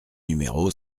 numéro